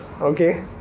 Okay